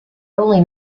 only